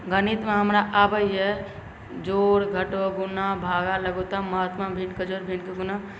गणितमे हमरा आबैए जोड़ घटाव गुणा भागा लघुत्तम महत्तम भिन्नके जोड़ भिन्नके गुणा